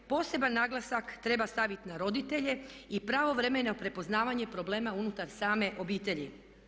Poseban naglasak treba staviti na roditelje i pravovremeno prepoznavanje problema unutar same obitelji.